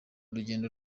rugendo